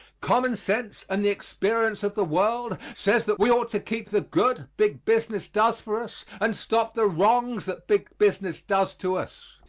common sense and the experience of the world says that we ought to keep the good big business does for us and stop the wrongs that big business does to us.